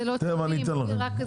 אלו לא צווים,